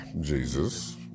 Jesus